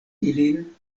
ilin